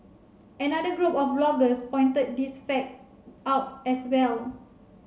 another group of bloggers pointed this fact out as well